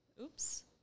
Oops